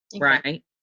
right